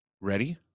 ready